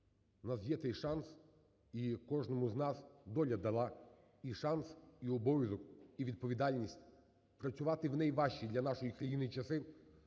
У нас є той шанс, і кожному з нас доля дала і шанс, і обов’язок, і відповідальність працювати в найважчі для нашої країни часи,